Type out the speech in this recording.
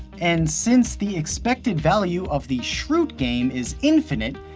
and since the expected value of the schrute game is infinite,